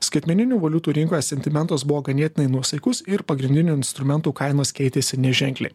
skaitmeninių valiutų rinkoje sentimentas buvo ganėtinai nuosaikus ir pagrindinių instrumentų kainos keitėsi neženkli